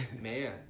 man